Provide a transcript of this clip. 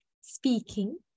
speaking